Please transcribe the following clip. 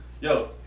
Yo